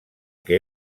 que